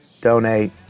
Donate